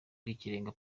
rw’ikirenga